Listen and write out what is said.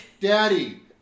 Daddy